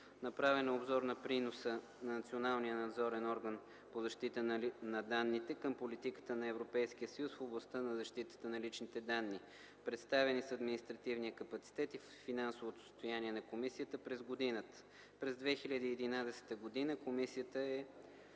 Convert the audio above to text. Направен е обзор на приноса на националния надзорен орган по защита на данните към политиката на Европейския съюз в областта на защитата на личните данни. Представени са административният капацитет и финансовото състояние на комисията през годината. През 2011 г. Комисията е